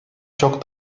çok